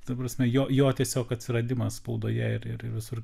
ta prasme jo jo tiesiog atsiradimas spaudoje ir ir visur kitur